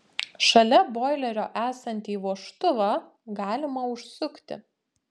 šalia boilerio esantį vožtuvą galima užsukti